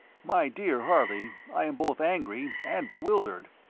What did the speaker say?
my dear harley, i am both angry and bewildered.